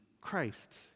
Christ